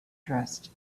dressed